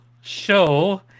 show